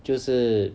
就是